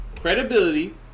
credibility